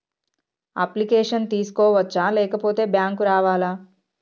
Application చేసుకోవచ్చా లేకపోతే bank రావాలా?